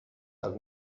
tak